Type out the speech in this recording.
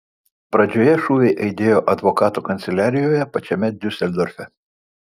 pradžioje šūviai aidėjo advokato kanceliarijoje pačiame diuseldorfe